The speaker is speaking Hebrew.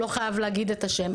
הוא לא חייב להגיד את השם,